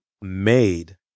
made